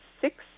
six